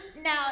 now